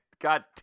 God